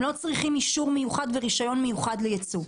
הם לא צריכים אישור מיוחד ורישיון מיוחד לייצוא.